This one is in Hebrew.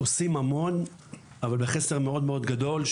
עושים המון אבל בחסר מאוד מאוד גדול,